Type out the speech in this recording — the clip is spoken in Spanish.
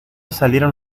salieron